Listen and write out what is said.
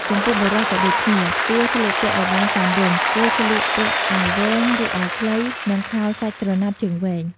ចំពោះបុរសក៏ដូចគ្នា គួរស្លៀកពាក់ឱ្យបានសមរម្យ គួរស្លៀកពាក់អាវវែង ឬអាវខ្លី និងខោសាច់ក្រណាត់ជើងវៃង។